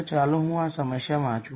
તો ચાલો હું આ સમસ્યા વાંચું